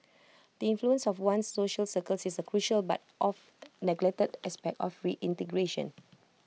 the influence of one's social circles is A crucial but oft neglected aspect of reintegration